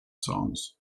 songs